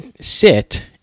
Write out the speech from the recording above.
sit